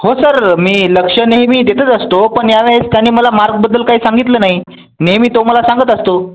हो सर मी लक्ष नेहमी देतच असतो पण यावेळेस त्याने मला मार्कबद्दल काही सांगितलं नाही नेहमी तो मला सांगत असतो